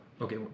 Okay